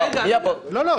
לא,